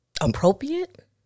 appropriate